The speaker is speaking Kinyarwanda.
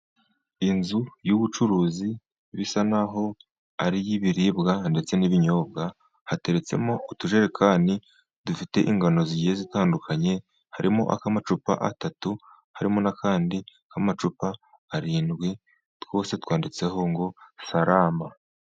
Inzu y'ubucuruzi bisa naho ari iyi biribwa ndetse n'ibinyobwa, hateretsemo utujerekani dufite ingano zigiye zitandukanye; harimo akamacupa atatu, harimo n'akandi k'amacupa arindwi twose twanditseho ngo sarama.